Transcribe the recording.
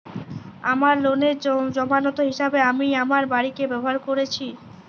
আমার লোনের জামানত হিসেবে আমি আমার বাড়িকে ব্যবহার করেছি